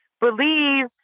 believe